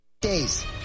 days